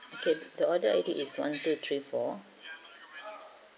okay the order I_D is one two three four